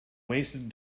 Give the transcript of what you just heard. wasted